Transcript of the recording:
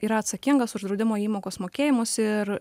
yra atsakingas už draudimo įmokos mokėjimus ir